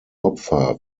opfer